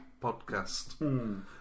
podcast